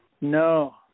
No